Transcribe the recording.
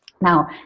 now